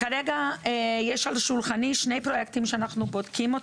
כרגע יש על שולחני שני פרויקטים שאנחנו בודקים,